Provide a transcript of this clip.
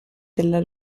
della